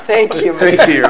thank you